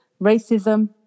racism